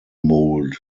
mould